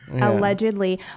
Allegedly